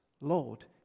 Lord